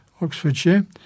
Oxfordshire